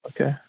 Okay